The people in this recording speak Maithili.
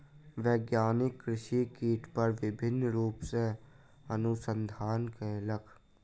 वैज्ञानिक कृषि कीट पर विभिन्न रूप सॅ अनुसंधान कयलक